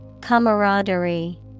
Camaraderie